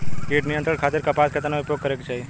कीट नियंत्रण खातिर कपास केतना उपयोग करे के चाहीं?